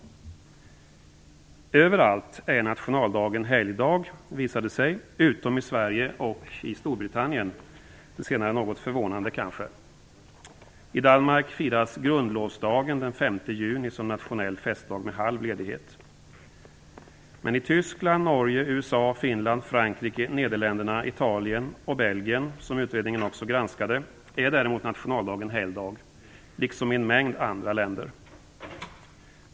Överallt är nationaldagen helgdag, visade det sig, utom i Sverige och Storbritannien, det senare något förvånande kanske. I Danmark firas Grundlovsdagen den 5 juni som nationell festdag med halv ledighet. Men i Tyskland, Norge, Belgien, som utredningen också granskade, är däremot nationaldagen helgdag liksom i en mängd andra länder.